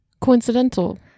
Coincidental